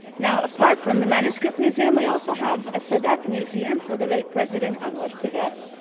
now, apart from the manuscript museum, we also have a sadat museum for the late president anwar sadat.